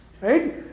right